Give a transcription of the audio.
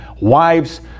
wives